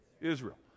Israel